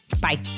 Bye